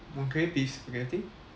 okay beef spaghetti